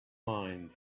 mind